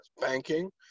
Banking